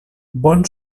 bon